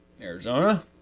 Arizona